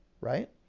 right